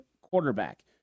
quarterback